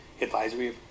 Advisory